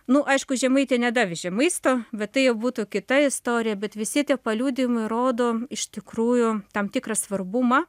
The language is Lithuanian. na aišku žemaitė nedavežė maisto bet tai jau būtų kita istorija bet visi tie paliudijimai rodo iš tikrųjų tam tikrą svarbumą